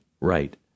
right